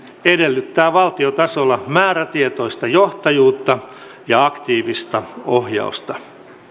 edellyttää valtiotasolla määrätietoista johtajuutta ja aktiivista ohjausta